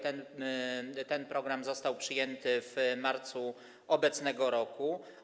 Ten program został przyjęty w marcu obecnego roku.